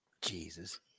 Jesus